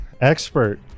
expert